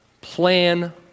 plan